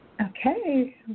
Okay